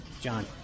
John